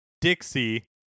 Dixie